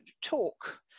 talk